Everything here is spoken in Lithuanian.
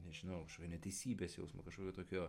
nežinau kažkokio neteisybės jausmo kažkokio tokio